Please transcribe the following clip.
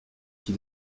qui